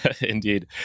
Indeed